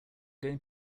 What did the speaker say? going